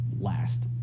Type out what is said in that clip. last